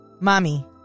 Mommy